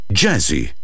jazzy